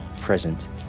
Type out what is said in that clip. present